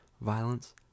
violence